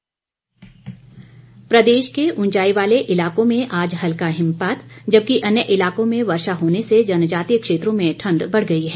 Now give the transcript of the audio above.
मौसम प्रदेश के उंचाई वाले इलाकों में आज हल्का हिमपात जबकि अन्य इलाकों में वर्षा होने से जनजातीय क्षेत्रों में ठंड बढ़ गई है